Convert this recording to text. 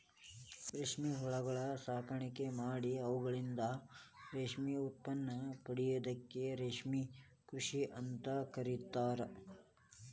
ರೇಷ್ಮೆ ಹುಳಗಳ ಸಾಕಾಣಿಕೆ ಮಾಡಿ ಅವುಗಳಿಂದ ರೇಷ್ಮೆ ಉತ್ಪನ್ನ ಪಡೆಯೋದಕ್ಕ ರೇಷ್ಮೆ ಕೃಷಿ ಅಂತ ಕರೇತಾರ